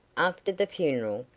after the funeral?